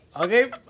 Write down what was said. okay